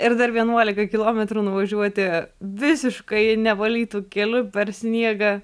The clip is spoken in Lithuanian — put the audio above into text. ir dar vienuolika kilometrų nuvažiuoti visiškai nevalytu keliu per sniegą